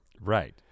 Right